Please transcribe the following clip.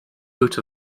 boot